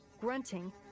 Grunting